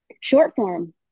short-form